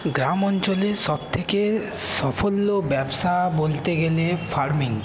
গ্রাম অঞ্চলে সব থেকে সাফল্য ব্যবসা বলতে গেলে ফার্মিং